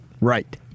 Right